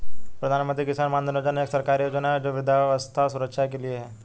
प्रधानमंत्री किसान मानधन योजना एक सरकारी योजना है जो वृद्धावस्था सुरक्षा के लिए है